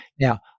Now